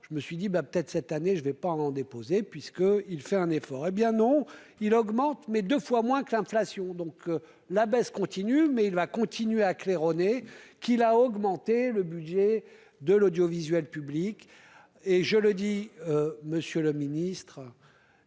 je me suis dit ben peut-être cette année, je vais pas en déposer puisque il fait un effort, hé bien non, il augmente, mais 2 fois moins que l'inflation, donc la baisse continue mais il va continuer à claironner qu'il a augmenté le budget de l'audiovisuel public et je le dis, monsieur le Ministre,